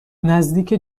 نزدیک